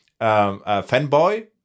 fanboy